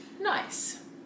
nice